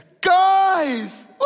guys